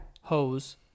hose